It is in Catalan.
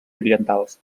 orientals